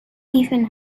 even